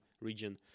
region